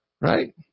right